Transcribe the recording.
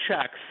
checks